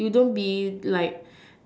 you don't be like